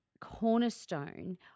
cornerstone